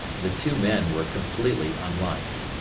the two men were completely unlike.